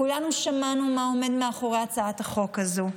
כולנו שמענו מה עומד מאחורי הצעת החוק הזאת.